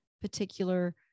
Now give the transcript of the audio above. particular